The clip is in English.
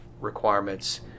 requirements